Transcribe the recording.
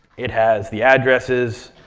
it has the addresses,